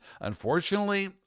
unfortunately